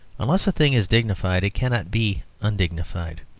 unless a thing is dignified, it cannot be undignified.